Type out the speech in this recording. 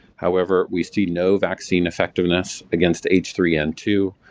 however, we see no vaccine effectiveness against h three n two,